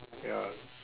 ya